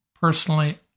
Personally